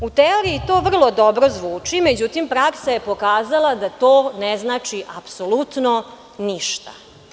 U teoriji to vrlo dobro zvuči, međutim praksa je pokazala da to ne znači apsolutno ništa.